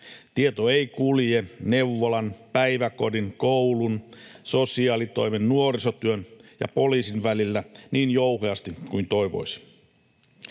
Tieto ei kulje neuvolan, päiväkodin, koulun, sosiaalitoimen, nuorisotyön ja poliisin välillä niin jouheasti kuin toivoisi.